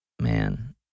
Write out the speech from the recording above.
man